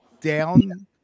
down